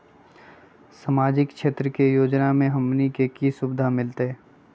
सामाजिक क्षेत्र के योजना से हमनी के की सुविधा मिलतै?